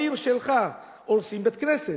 בעיר שלך הורסים בית-כנסת.